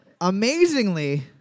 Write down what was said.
Amazingly